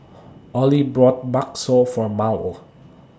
Ollie bought Bakso For Mal